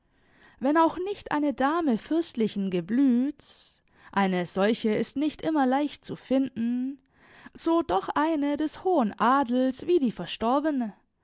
wenn auch nicht eine dame fürstlichen geblüts eine solche ist nicht immer leicht zu finden so doch eine des hohen adels wie die verstorbene